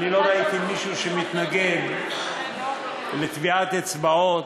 אני לא ראיתי מישהו שמתנגד לטביעת אצבעות,